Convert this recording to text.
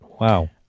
Wow